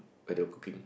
where they were cooking